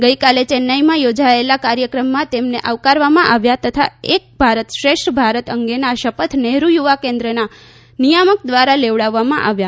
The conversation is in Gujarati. ગઇકાલે ચેન્નાઇમાં યોજાયેલા કાર્યકમમાં તેમને આવકારવામાં આવ્યા તથા એક ભારત શ્રેષ્ઠ ભારત અંગેના શપથ નહેરૂ યુવાકેન્દ્રના નિયામક દ્વારા લેવડાવવામાં આવ્યા